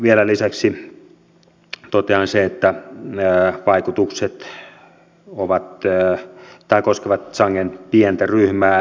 vielä lisäksi totean sen että vaikutukset koskevat sangen pientä ryhmää